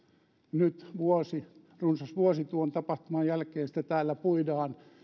nyt vuosi runsas vuosi tuon tapahtuman jälkeen sitä täällä puidaan